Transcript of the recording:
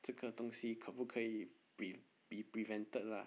这个东西可不可以 be be prevented lah